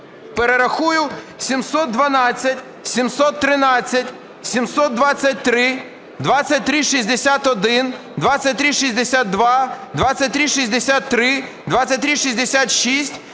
перерахую. 712, 713, 723, 2361, 2362, 2363, 2366,